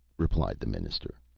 replied the minister.